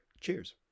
Cheers